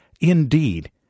Indeed